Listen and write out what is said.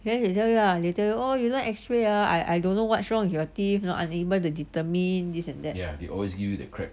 then they tell you they tell you oh you like x-ray ah I don't don't know what's wrong with your teeth know unable to determine this and that